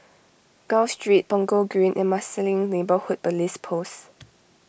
Gul Street Punggol Green and Marsiling Neighbourhood Police Post